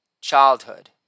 childhood